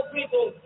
people